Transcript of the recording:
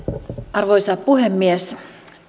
arvoisa puhemies